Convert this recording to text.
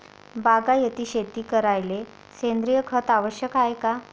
बागायती शेती करायले सेंद्रिय खत आवश्यक हाये का?